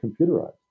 computerized